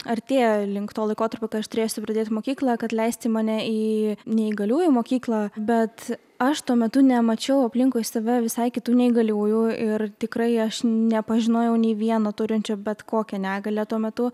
artėja link to laikotarpio kai aš turėsiu pradėti mokyklą kad leisti mane į neįgaliųjų mokyklą bet aš tuo metu nemačiau aplinkui save visai kitų neįgaliųjų ir tikrai aš nepažinojau nei vieno turinčio bet kokią negalią tuo metu